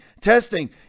testing